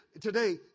today